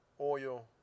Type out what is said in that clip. oil